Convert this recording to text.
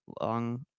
long